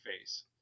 face